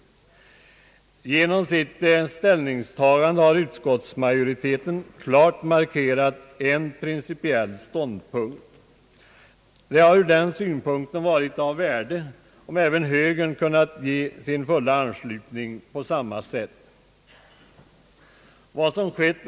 Genom sitt ställningstagande har utskottsmajoriteten klart markerat en principiell ståndpunkt. Det hade ur den synpunkten varit av värde om även högern kunnat ge sin fulla anslutning på samma sätt.